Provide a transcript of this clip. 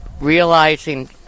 realizing